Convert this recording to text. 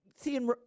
See